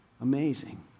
Amazing